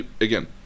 again